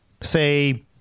say